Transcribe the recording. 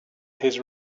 his